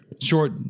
short